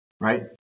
right